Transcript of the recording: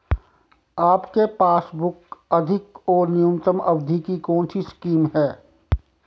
आपके पासबुक अधिक और न्यूनतम अवधि की कौनसी स्कीम है?